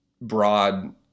broad